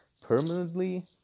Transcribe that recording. permanently